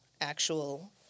actual